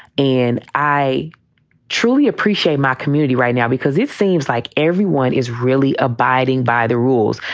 and i truly appreciate my community right now because it seems like everyone is really abiding by the rules.